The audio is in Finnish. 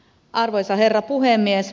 arvoisa herra puhemies